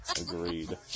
Agreed